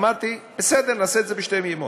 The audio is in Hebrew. אמרתי: בסדר, נעשה את זה בשתי פעימות.